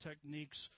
techniques